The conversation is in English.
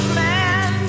man